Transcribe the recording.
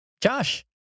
Josh